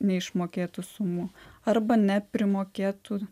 neišmokėtų sumų arba neprimokėtų